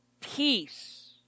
peace